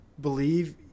believe